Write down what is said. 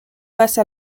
face